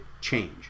change